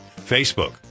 Facebook